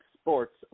sports